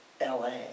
LA